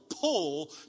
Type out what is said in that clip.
pull